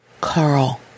Carl